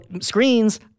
Screens